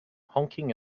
honking